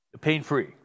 pain-free